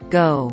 go